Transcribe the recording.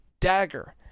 dagger